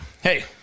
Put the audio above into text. Hey